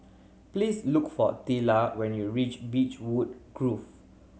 please look for Tilla when you reach Beechwood Grove